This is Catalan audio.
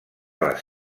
les